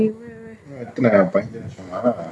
we have about fifteen minutes more to go